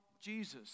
Jesus